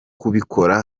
kubikora